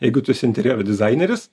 jeigu tu esi interjero dizaineris